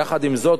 יחד עם זאת,